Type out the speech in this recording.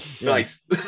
Nice